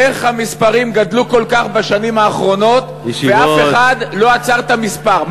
איך המספרים גדלו כל כך בשנים האחרונות ואף אחד לא עצר את המספר?